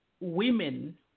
women